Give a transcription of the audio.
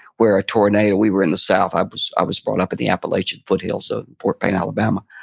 where a tornado, we were in the south, i was i was brought up in the appalachian foothills, so fort payne, alabama.